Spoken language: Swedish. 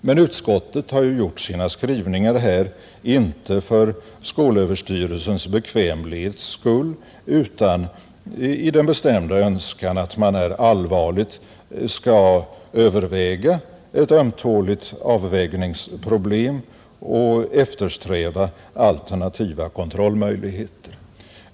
Men utskottet har gjort sina skrivningar här inte för skolöverstyrelsens bekvämlighets skull utan i den bestämda önskan att man allvarligt skall överväga ett ömtåligt avvägningsproblem och eftersträva alternativa kontrollmöjligheter.